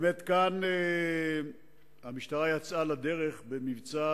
בחודשים האחרונים המשטרה יצאה לדרך, למבצע